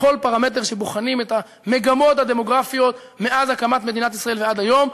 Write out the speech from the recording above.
בכל פרמטר שבוחנים את המגמות הדמוגרפיות מאז הקמת מדינת ישראל ועד היום,